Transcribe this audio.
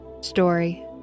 story